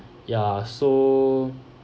ya so